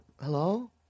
Hello